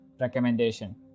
recommendation